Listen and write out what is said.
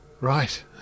Right